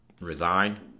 resign